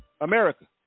America